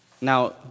Now